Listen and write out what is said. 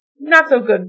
not-so-good